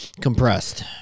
compressed